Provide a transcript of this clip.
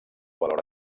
valor